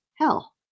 Hell